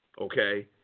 Okay